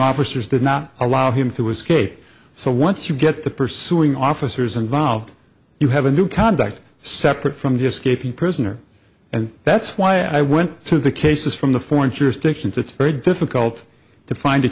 officers did not allow him to escape so once you get the pursuing officers involved you have a new conduct separate from just gaping prisoner and that's why i went to the cases from the foreign jurisdictions it's very difficult to find a